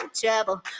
trouble